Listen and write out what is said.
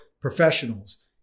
professionals